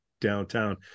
downtown